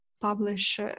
publish